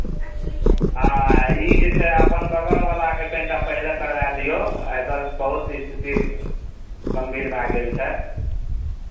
हँ ई जे छै अपन बगलवलाके कनि टा पहिले करवाय दियौ एकर बहुत स्थिति गम्भीर भए गेल छै